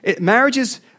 Marriages